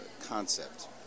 concept